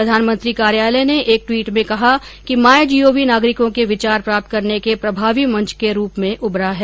प्रधानमंत्री कार्यालय ने एक ट्वीट में कहा कि माईजीओवी नागरिकों के विचार प्राप्त करने के प्रभावी मंच के रूप में उभरा है